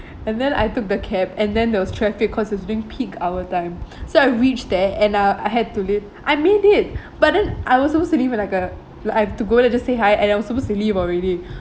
and then I took the cab and then there was traffic cause it was during peak hour time so I reach there and uh I had to leave I made it but then I was so silly to be for like uh like to go there just say hi and I'm supposed to leave already